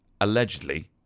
Allegedly